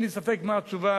אין לי ספק מה התשובה,